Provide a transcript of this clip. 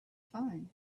find